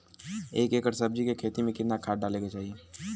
एक एकड़ सब्जी के खेती में कितना खाद डाले के चाही?